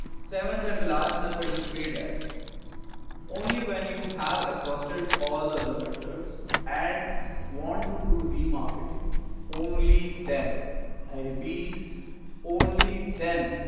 seventh and the last method is paid ads only when you have exhausted all the other methods and want to do remarketing only then i repeat only then